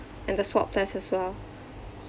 and the swab test as well